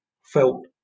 felt